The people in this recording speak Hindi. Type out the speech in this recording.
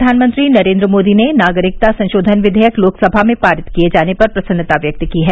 प्रधानमंत्री नरेन्द्र मोदी ने नागरिकता संशोधन विधेयक लोकसभा में पारित किए जाने पर प्रसन्नता व्यक्त की है